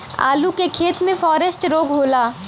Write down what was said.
आलू के फसल मे फारेस्ट रोग होला?